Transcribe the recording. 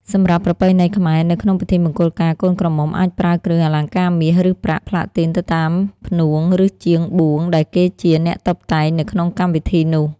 សម្រាប់ប្រពៃណីខ្មែរនៅក្នុងពិធីមង្គលការកូនក្រមុំអាចប្រើគ្រឿងអលង្ការមាស ឬ ប្រាក់ ប្លាទីទៅតាមផ្នួងឬជាងបួងដែលគេជា អ្នកតុបតែងនៅក្នុងកម្មវិធីនោះ។